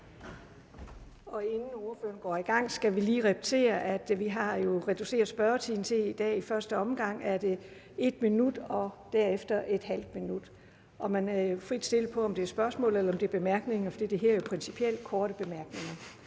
Inden ordføreren går i gang, skal jeg lige repetere, at vi jo har reduceret spørgetiden i dag. I første omgang er der 1 minut og derefter ½ minut. Man er frit stillet med hensyn til, om det er spørgsmål eller bemærkninger, for det hedder jo principielt korte bemærkninger.